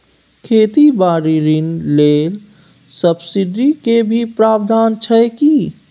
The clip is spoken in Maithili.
खेती बारी ऋण ले सब्सिडी के भी प्रावधान छै कि?